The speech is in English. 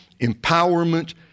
empowerment